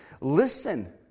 listen